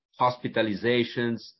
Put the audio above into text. hospitalizations